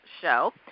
show